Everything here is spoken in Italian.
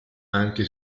anche